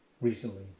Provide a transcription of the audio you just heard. Recently